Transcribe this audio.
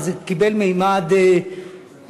אבל זה קיבל ממד נרחב,